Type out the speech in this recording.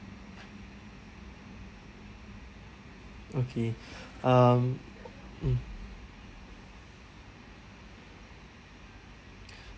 okay um mm